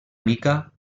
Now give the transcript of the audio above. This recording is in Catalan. mica